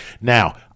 Now